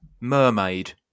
mermaid